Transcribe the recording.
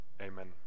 Amen